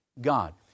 God